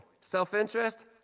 Self-interest